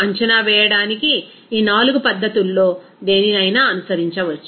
అంచనా వేయడానికి ఈ 4 పద్ధతుల్లో దేనినైనా అనుసరించవచ్చు